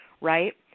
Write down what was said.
right